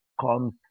comes